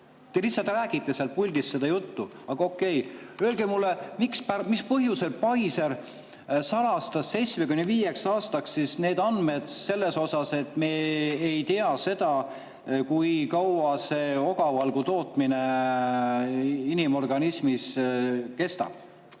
Te lihtsalt räägite sealt puldist seda juttu. Aga okei, öelge mulle, mis põhjusel Pfizer salastas 75 aastaks siis need andmed selles osas, et me ei tea, kui kaua see ogavalgu tootmine inimorganismis kestab.